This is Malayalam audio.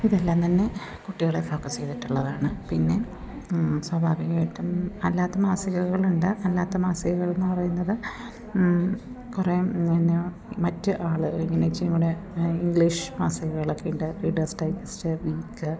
ഇതെല്ലാം തന്നെ കുട്ടികളെ ഫോക്കസ് ചെയ്തിട്ടുള്ളതാണ് പിന്നെ സ്വാഭാവികായിട്ടും അല്ലാത്ത മാസികകളുണ്ട് അല്ലാത്ത മാസികകളെന്ന് പറയുന്നത് കുറേ പിന്നെ മറ്റ് ആള് എങ്ങനെ വെച്ചാൽ നമ്മുടെ ഇംഗ്ലീഷ് മാസികകളൊക്കെ ഉണ്ട് റീഡേർസ് ഡൈജസ്റ്റ് വീക്ക്